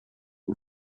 now